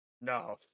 no